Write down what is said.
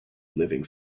living